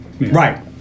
Right